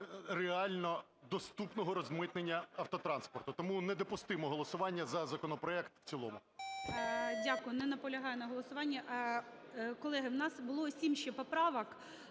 реально доступного розмитнення автотранспорту. Тому недопустимо голосування за законопроект в цілому. ГОЛОВУЮЧИЙ. Дякую. Не наполягає на голосуванні. Колеги, у нас було сім ще поправок